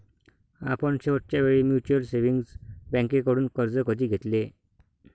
आपण शेवटच्या वेळी म्युच्युअल सेव्हिंग्ज बँकेकडून कर्ज कधी घेतले?